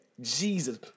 Jesus